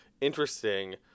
interesting